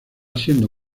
siendo